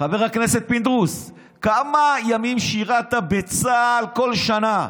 חברי הכנסת פינדרוס, כמה ימים שירת בצה"ל כל שנה?